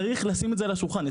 צריך לשים את זה על השולחן.